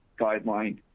guideline